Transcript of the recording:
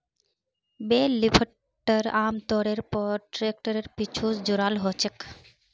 बेल lifter आमतौरेर पर ट्रैक्टरेर पीछू स जुराल ह छेक